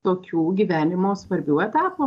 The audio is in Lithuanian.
tokių gyvenimo svarbių etapų